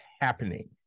happening